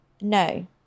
No